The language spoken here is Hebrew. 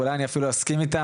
ואולי אני אפילו אסכים איתם,